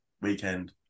weekend